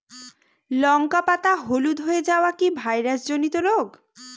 লঙ্কা পাতা হলুদ হয়ে যাওয়া কি ভাইরাস জনিত রোগ?